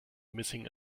missing